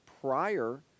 prior